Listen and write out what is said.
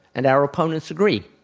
and our opponents agree,